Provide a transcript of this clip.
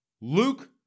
Luke